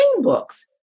books